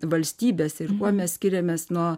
valstybės ir kuo mes skiriamės nuo